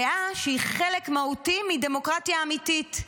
דעה שהיא חלק מהותי מדמוקרטיה אמיתית.